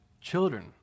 children